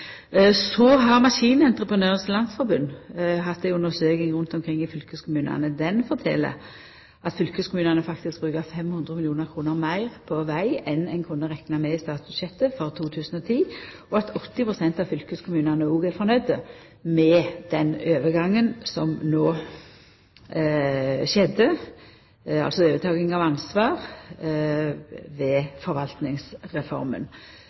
hatt ei undersøking rundt omkring i fylkeskommunane. Ho fortel at fylkeskommunane faktisk bruker 500 mill. kr meir på veg enn ein kunne rekna med i statsbudsjettet for 2010, og at 80 pst. av fylkeskommunane òg er fornøgde med den overgangen som no skjedde, altså overtakinga av ansvar